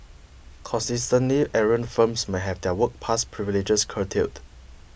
consistently errant firms may have their work pass privileges curtailed